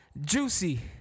Juicy